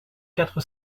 quatre